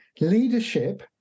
leadership